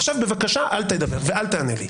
עכשיו בבקשה אל תדבר ואל תענה לי.